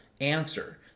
answer